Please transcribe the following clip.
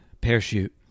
Parachute